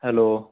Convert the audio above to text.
hello